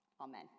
Amen